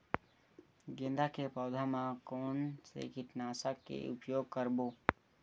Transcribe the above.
गेंदा के पौधा म कोन से कीटनाशक के उपयोग करबो?